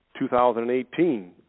2018